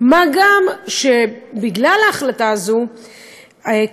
מה גם שבגלל ההחלטה הזאת